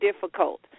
difficult